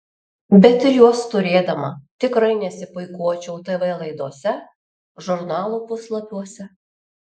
bet ir juos turėdama tikrai nesipuikuočiau tv laidose žurnalų puslapiuose